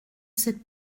cette